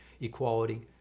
equality